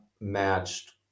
matched